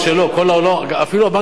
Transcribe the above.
אפילו הבנק העולמי,